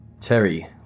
Terry